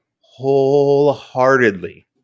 wholeheartedly